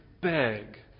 beg